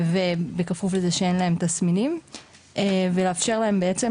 ובכפוף לזה שאין להם תסמינים ולאפשר להם בעצם